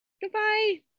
Goodbye